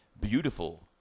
beautiful